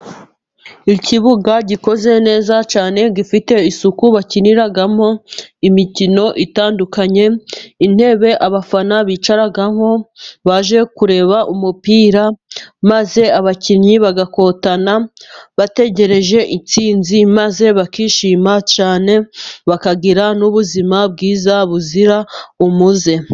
Ikibuga gikoze neza cyane gifite isuku, bakiniramo imikino itandukanye. Intebe abafana bicaramo baje kureba umupira maze abakinnyi bagakotana, bategereje intsinzi maze bakishima cyane, bakagira n'ubuzima bwiza buzira umuze.